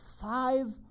five